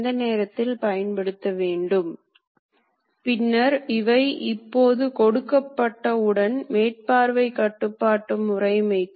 இங்கே பயன்படுத்தப்படும் டிரைவ்கள் பொதுவாக சர்வோ மோட்டார் டிரைவ்கள்